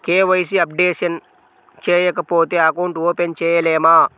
KYC updation చేయకపోతే account open చేయలేమా?